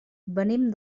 venim